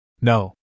no